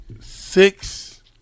Six